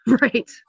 Right